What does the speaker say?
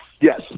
Yes